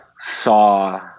saw